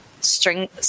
String